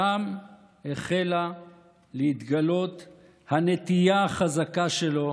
שם החלה להתגלות הנטייה החזקה שלו